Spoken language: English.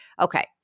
Okay